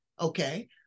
Okay